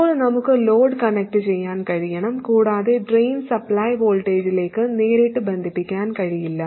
ഇപ്പോൾ നമുക്ക് ലോഡ് കണക്റ്റുചെയ്യാൻ കഴിയണം കൂടാതെ ഡ്രെയിൻ സപ്ലൈ വോൾട്ടേജിലേക്ക് നേരിട്ട് ബന്ധിപ്പിക്കാൻ കഴിയില്ല